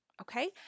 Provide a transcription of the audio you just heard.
okay